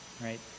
Right